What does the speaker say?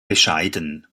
bescheiden